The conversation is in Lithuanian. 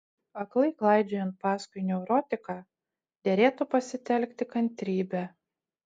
aklai klaidžiojant paskui neurotiką derėtų pasitelkti kantrybę